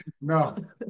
no